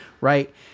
right